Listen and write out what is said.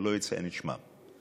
ולא אציין את שמם.